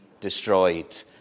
destroyed